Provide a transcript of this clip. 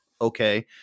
Okay